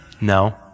No